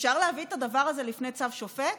אפשר להביא את הדבר הזה לצו שופט,